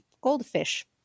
goldfish